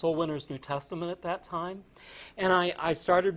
whole winner's new testament at that time and i started